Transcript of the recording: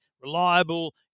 reliable